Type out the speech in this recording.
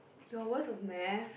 your worst was math